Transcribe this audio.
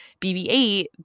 BB-8